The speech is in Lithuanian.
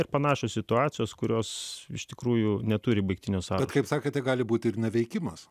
ir panašios situacijos kurios iš tikrųjų neturi baigtinio saugoti kaip sakote gali būti ir neveikimas